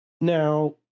Now